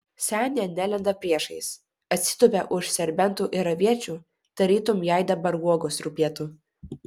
senė nelenda priešais atsitupia už serbentų ir aviečių tarytum jai dabar uogos rūpėtų